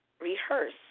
rehearse